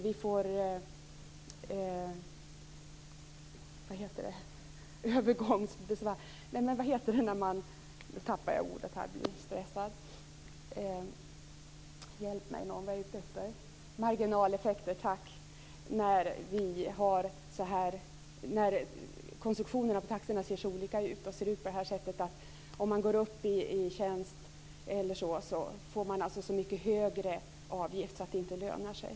Vi får marginaleffekter när konstruktionerna på taxorna ser så olika ut. Om man går upp i tjänst får man så mycket högre avgift att det inte lönar sig.